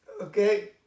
Okay